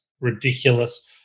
ridiculous